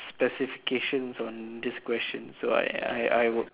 specifications on this question so I I I would pass